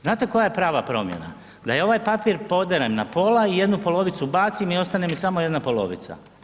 Znate koja je prava promjena da je ovaj poderan na pola i jednu polovicu bacim i ostane mi samo jedna polovica.